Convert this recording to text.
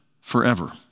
forever